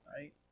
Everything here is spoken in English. right